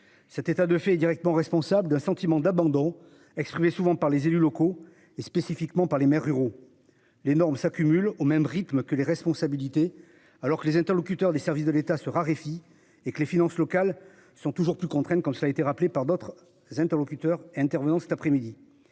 Cet état de fait directement responsable d'un sentiment d'abandon. Souvent par les élus locaux et spécifiquement par les maires ruraux les normes s'accumulent au même rythme que les responsabilités alors que les interlocuteurs des services de l'État se raréfient et que les finances locales sont toujours plus comme ça a été rappelé par d'autres interlocuteurs intervenant cet après-midi.